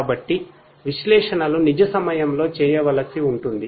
కాబట్టి విశ్లేషణలు నిజ సమయంలో చేయవలసి ఉంటుంది